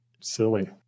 Silly